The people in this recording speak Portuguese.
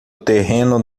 terreno